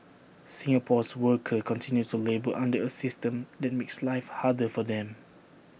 Singapore's workers continue to labour under A system that makes life harder for them